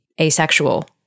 asexual